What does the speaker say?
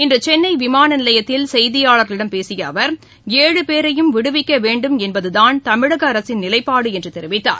இன்று சென்னை விமானநிலையத்தில் செய்தியாளர்களிடம் பேசிய அவர் ஏழு பேரையும் விடுவிக்க வேண்டும் என்பததான் தமிழக அரசின் நிலைப்பாடு என்று தெரிவித்தார்